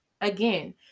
Again